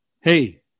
hey